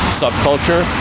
subculture